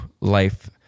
life